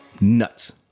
Nuts